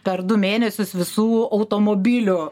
per du mėnesius visų automobilių